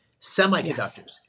Semiconductors